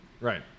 right